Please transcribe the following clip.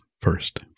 first